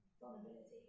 vulnerability